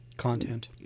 content